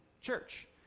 church